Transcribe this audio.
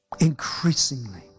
increasingly